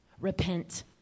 repent